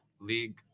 league